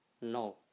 no